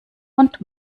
und